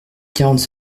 quarante